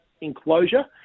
enclosure